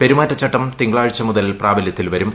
പെരുമാറ്റച്ചട്ടം തിങ്കളാഴ്ച മുതൽ പ്രാബല്യത്തിൽ വരും